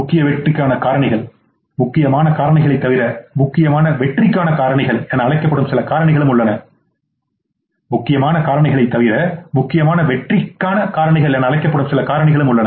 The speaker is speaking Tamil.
முக்கிய வெற்றி காரணிகள்முக்கியமான காரணிகளைத் தவிர முக்கியமான வெற்றிக்கான காரணிகள் என அழைக்கப்படும் சில காரணிகளும் உள்ளன